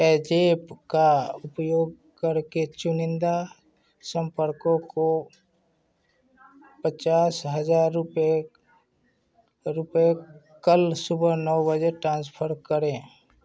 PayZapp का उपयोग करके चुनिंदा संपर्कों को पचास हज़ार रुपये कल सुबह नौ बजे ट्रांसफ़र करें